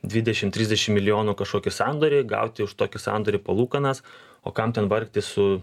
dvidešim trisdešim milijonų kažkokį sandorį gauti už tokį sandorį palūkanas o kam ten vargti su